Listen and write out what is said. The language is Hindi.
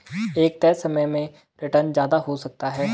एक तय समय में रीटर्न ज्यादा हो सकता है